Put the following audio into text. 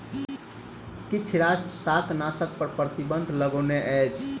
किछ राष्ट्र शाकनाशक पर प्रतिबन्ध लगौने अछि